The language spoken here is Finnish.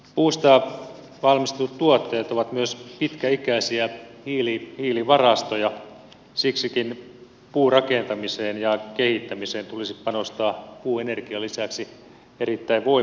puusta valmistetut tuotteet ovat myös pitkäikäisiä hiilivarastoja siksikin puurakentamiseen ja kehittämiseen tulisi panostaa puuenergian lisäksi erittäin voimakkaasti